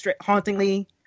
hauntingly